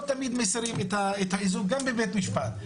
תמיד מסירים את האיזוק גם בבית משפט.